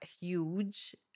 huge